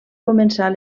començar